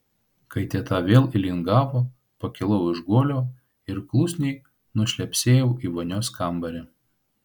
kai teta vėl įlingavo pakilau iš guolio ir klusniai nušlepsėjau į vonios kambarį